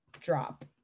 drop